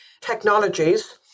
technologies